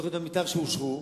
ותוכניות המיתאר שאושרו,